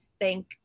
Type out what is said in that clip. thank